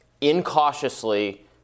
incautiously